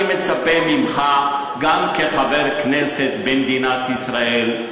אני מצפה ממך גם כחבר כנסת במדינת ישראל,